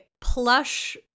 plush